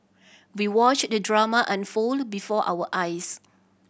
we watched the drama unfold before our eyes